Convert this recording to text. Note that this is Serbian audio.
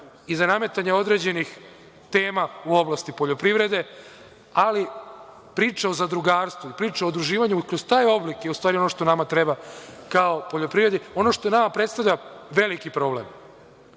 i za nametanje određenih tema u oblasti poljoprivrede, ali priče o zadrugarstvu i priče o udruživanju kroz taj oblik je u stvari ono što nama treba kao poljoprivredi. Ono što nama predstavlja veliki problem,